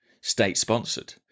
state-sponsored